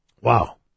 Wow